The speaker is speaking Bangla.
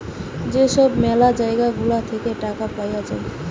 যেই সব ম্যালা জায়গা গুলা থাকে টাকা পাওয়া যায়